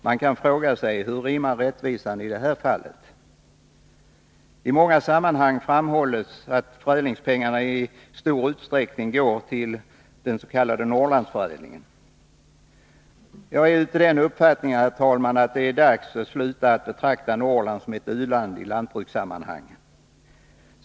Hur rimmar det med rättvisan? I många sammanhang framhålls att förädlingspengarna i stor utsträckning går till den s.k. Norrlandsförädlingen. Jag är av den uppfattningen, herr talman, att det är dags att sluta att betrakta Norrland som ett u-land i lantbrukssammanhang.